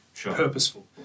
purposeful